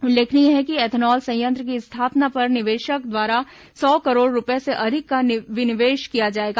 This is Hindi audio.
उल्लेखनीय है कि एथेनॉल संयंत्र की स्थापना पर निवेशक द्वारा सौ करोड़ रूपए से अधिक का विनिवेश किया जाएगा